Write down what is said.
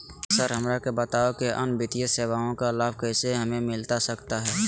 Sir हमरा के बताओ कि अन्य वित्तीय सेवाओं का लाभ कैसे हमें मिलता सकता है?